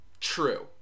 True